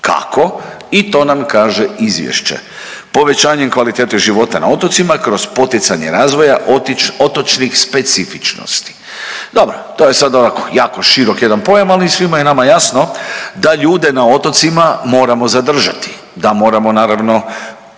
Kako? I to nam kaže izvješće, povećanjem kvalitete života na otocima kroz poticanje razvoja otočnih specifičnosti. Dobro, to je sad ovako jako širok jedan pojam, ali svim je nama jasno da ljude na otocima moramo zadržati, da moramo naravno